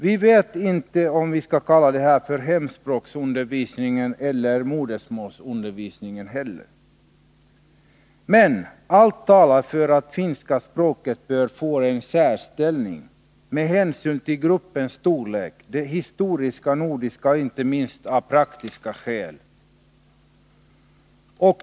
Vi vet inte heller om vi skall kalla det hemspråksundervisning eller modersmålsundervisning, men allt talar för att finska språket bör få en särställning med hänsyn till gruppens storlek, den historiska nordiska gemenskapen — och inte minst av praktiska skäl.